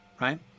right